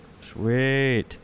Sweet